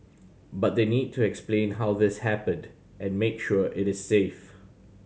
but they need to explain how this happened and make sure it is safe